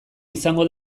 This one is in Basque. izango